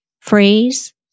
phrase